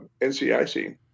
NCIC